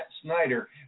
Snyder